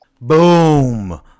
Boom